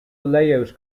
layout